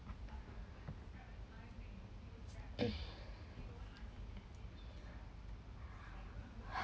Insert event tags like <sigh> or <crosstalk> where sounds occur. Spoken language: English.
<breath>